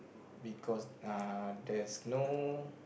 because uh there's no